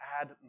add